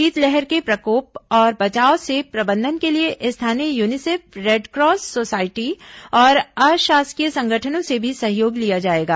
शीतलहर के प्रकोप और बचाव से प्रबंधन के लिए स्थानीय यूनिसेफ रेडक्रॉस सोसायटी और अशासकीय संगठनों से भी सहयोग लिया जाएगा